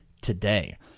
today